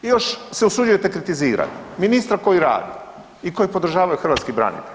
I još se usuđujete kritizirati ministra koji radi i kojeg podržavaju hrvatski branitelji.